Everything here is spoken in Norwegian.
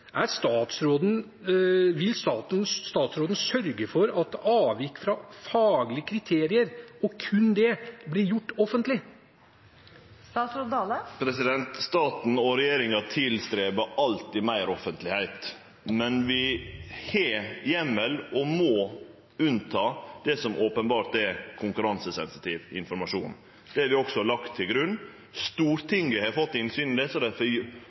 Vil statsråden sørge for at avvik fra faglige kriterier – og kun det – blir gjort offentlige? Staten og regjeringa freistar alltid å få til meir offentlegheit. Men vi har heimel, og vi må halde unna det som openbert er konkurransesensitiv informasjon. Det har vi også lagt til grunn. Stortinget har fått innsyn i det,